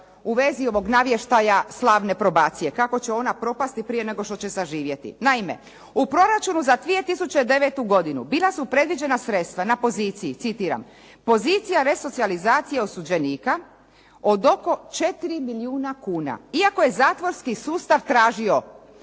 u vezi ovog navještaja slavne probacije, kako će ona propasti prije nego što će zaživjeti. Naime, u proračunu za 2009. godinu bila su predviđena sredstva na poziciji, citiram: "Pozicija resocijalizacije osuđenika od oko 4 milijuna kuna, iako je zatvorski sustav tražio